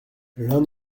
l’un